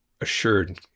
assured